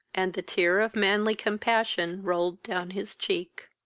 and the tear of manly compassion rolled down his cheek.